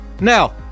Now